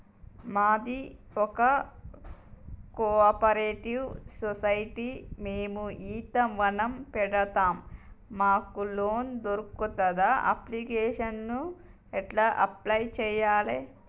మాది ఒక cooperative society మేము ఈత వనం పెడతం మాకు లోన్ దొర్కుతదా? అప్లికేషన్లను ఎట్ల అప్లయ్ చేయాలే?